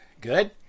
Good